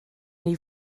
neu